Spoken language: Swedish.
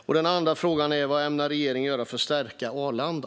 Min andra fråga är: Vad ämnar regeringen göra för att stärka Arlanda?